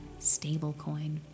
stablecoin